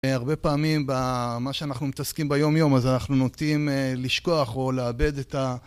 הרבה פעמים מה שאנחנו מתעסקים ביום-יום, אז אנחנו נוטים לשכוח או לאבד את ה...